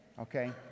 okay